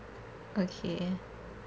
okay